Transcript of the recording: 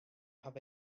have